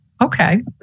Okay